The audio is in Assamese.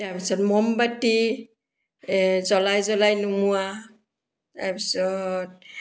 তাৰপিছত মম বাতি জ্বলাই জ্বলাই নুমোৱা তাৰপিছত